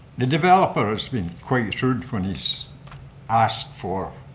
the developer has been quite rude when he's asked for